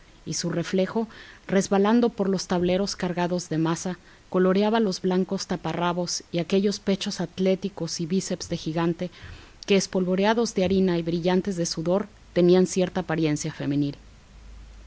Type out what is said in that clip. y su reflejo resbalando por los tableros cargados de masa coloreaba los blancos taparrabos y aquellos pechos atléticos y bíceps de gigante que espolvoreados de harina y brillantes de sudor tenían cierta apariencia femenil